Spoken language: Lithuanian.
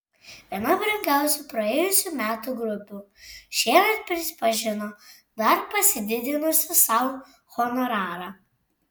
viena brangiausių praėjusių metų grupių šiemet prisipažino dar pasididinusi sau honorarą